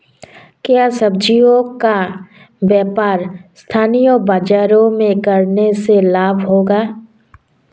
क्या सब्ज़ियों का व्यापार स्थानीय बाज़ारों में करने से लाभ होगा?